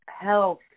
Health